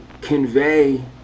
convey